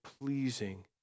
pleasing